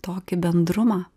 tokį bendrumą